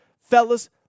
Fellas